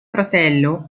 fratello